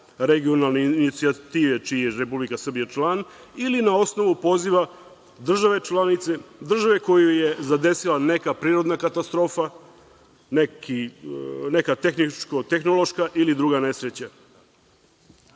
regionalne inicijative čiji je Republika Srbija član ili na osnovu poziva države članice, države koju je zadesila neka prirodna katastrofa, neka tehničko-tehnološka ili neka druga